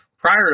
Prior